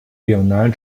岭南